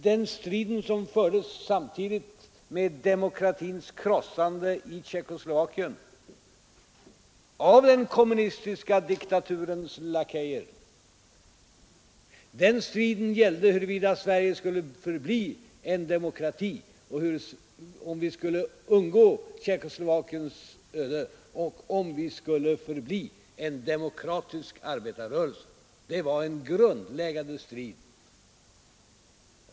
Den striden, som fördes samtidigt med demokratins krossande i Tjeckoslovakien av den kommunistiska diktaturens lakejer, gällde huruvida Sverige skulle förbli en demokrati och om vi skulle undgå Tjeckoslovakiens öde och förbli en demokratisk arbetarrörelse. Det var en grundläggande strid.